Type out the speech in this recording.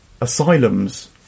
asylums